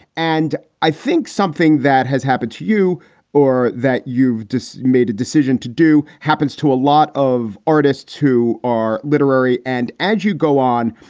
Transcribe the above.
and i think something that has happened to you or that you've just made a decision to do. happens to a lot of artists who are literary. and as you go on,